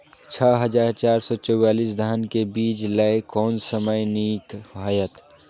छः हजार चार सौ चव्वालीस धान के बीज लय कोन समय निक हायत?